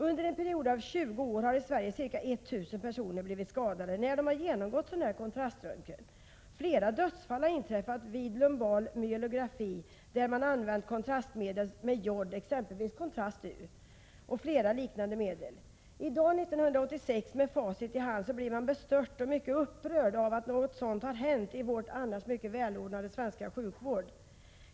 Under en period av omkring 20 år har i Sverige ca 1 000 personer blivit skadade när de genomgått kontraströntgen. Flera dödsfall har inträffat vid lumbal myelografi där man använt kontrastmedel med jod, exempelvis Kontrast-U, och flera liknande medel. I dag, 1986, med facit i hand blir man bestört och mycket upprörd över att något sådant har hänt i vår annars mycket välordnade svenska sjukvård.